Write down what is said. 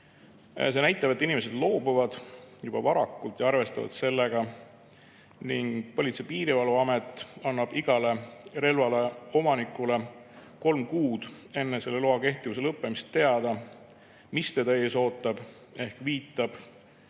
See näitab, et inimesed loobuvad juba varakult ja arvestavad sellega. Politsei‑ ja Piirivalveamet annab igale relvaomanikule kolm kuud enne loa kehtivuse lõppemist teada, mis ees ootab, ehk viitab,